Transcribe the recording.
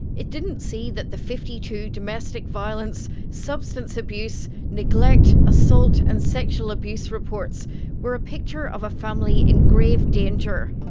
it didn't see that the fifty two domestic violence, substance abuse, neglect, assault and sexual abuse reports were a picture of a family in grave danger.